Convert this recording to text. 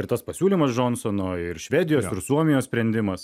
ir tas pasiūlymas džonsono ir švedijos ir suomijos sprendimas